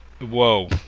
Whoa